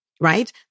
Right